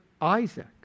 Isaac